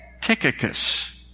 Tychicus